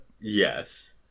Yes